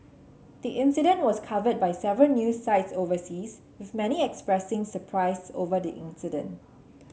the incident was covered by several news sites overseas with many expressing surprise over the incident